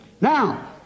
Now